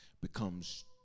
becomes